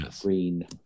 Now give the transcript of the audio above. green